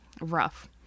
rough